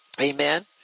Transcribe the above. Amen